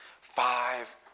five